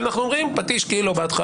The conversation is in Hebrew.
אלא אנחנו אומרים: פטיש 5 קילו בהתחלה,